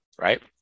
Right